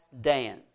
Dan